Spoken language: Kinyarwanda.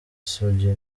sugira